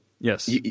Yes